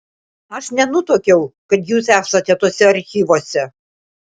aš nenutuokiau kad jūs esate tuose archyvuose